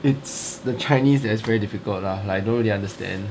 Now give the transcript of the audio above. it's the chinese that's very difficult lah like don't really understand